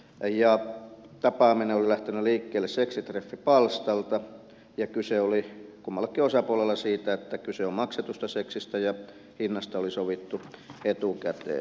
tapaaminen oli lähtenyt liikkeelle seksitreffipalstalta ja kyse oli kummallakin osapuolella siitä että kyse on maksetusta seksistä ja hinnasta oli sovittu etukäteen